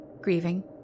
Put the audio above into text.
grieving